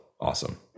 Awesome